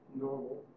normal